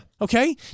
Okay